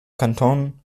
kanton